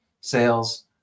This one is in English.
sales